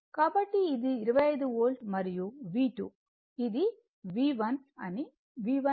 కాబట్టి ఇది 25 వోల్ట్ మరియు ఇది V2 ఇది V1